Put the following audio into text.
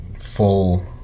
full